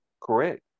Correct